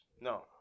No